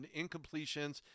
incompletions